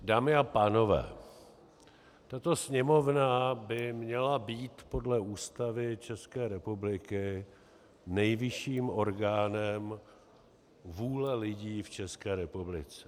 Dámy a pánové, tato Sněmovna by měla být podle Ústavy České republiky nejvyšším orgánem vůle lidí v České republice.